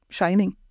shining